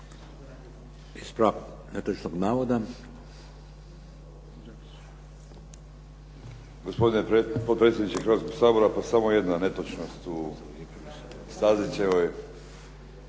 Ispravak netočnog navoda.